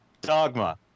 Dogma